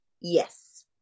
yes